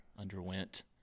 underwent